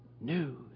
news